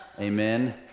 Amen